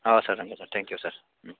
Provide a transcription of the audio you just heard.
ओ सार जागोन sir thank you सार